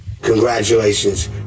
Congratulations